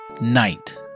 night